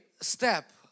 step